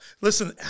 Listen